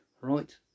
right